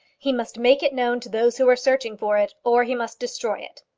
he must make it known to those who were searching for it or he must destroy it.